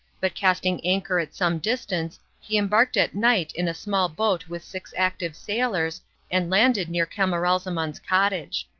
but casting anchor at some distance he embarked at night in a small boat with six active sailors and landed near camaralzaman's cottage.